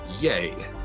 Yay